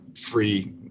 free